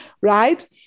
right